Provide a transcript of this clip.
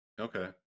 Okay